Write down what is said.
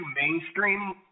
mainstream